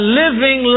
living